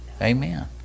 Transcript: Amen